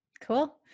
cool